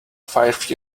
five